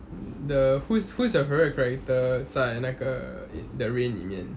the who's who's your favourite character 在那个 the rain 里面